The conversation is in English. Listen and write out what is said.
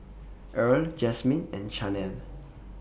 Earl Jasmyne and Chanelle